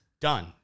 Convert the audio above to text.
done